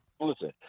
Listen